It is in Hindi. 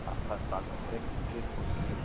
आपका स्वागत है किस लिए फ़ोन किए